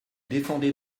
défendez